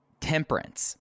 Temperance